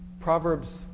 Proverbs